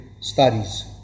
studies